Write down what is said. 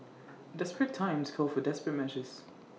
desperate times call for desperate measures